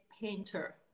painter